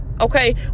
Okay